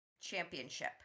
Championship